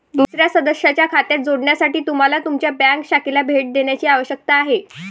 दुसर्या सदस्याच्या खात्यात जोडण्यासाठी तुम्हाला तुमच्या बँक शाखेला भेट देण्याची आवश्यकता आहे